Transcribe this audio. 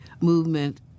movement